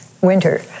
Winter